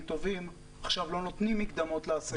טובים אז לא נותנים עכשיו מקדמות בדרך ההפוכה.